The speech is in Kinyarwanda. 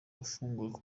afungura